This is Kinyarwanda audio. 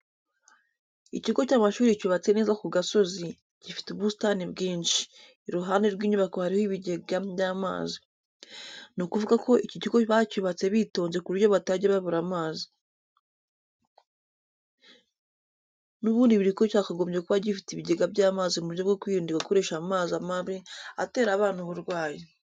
Ikigo cy'amashuri cyubatse neza ku gasozi, gifite ubusitani bwinshi, iruhande rw'inyubako hariho ibigega by'amazi. Ni ukuvuga ko iki kigo bacyubatse bitonze ku buryo batajya babura amazi. N'ubundi buri kigo cyakagombye kuba gifite ibigega by'amazi mu buryo bwo kwirinda gukoresha amazi mabi atera abana uburwayi.